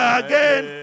again